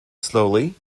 slowly